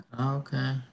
Okay